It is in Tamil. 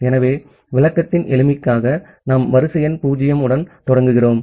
ஆகவே விளக்கத்தின் எளிமைக்காக நாம் வரிசை எண் 0 உடன் தொடங்குகிறோம்